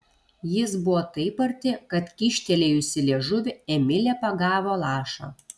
jis buvo taip arti kad kyštelėjusi liežuvį emilė pagavo lašą